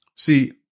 See